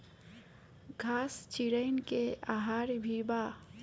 घास चिरईन के आहार भी बा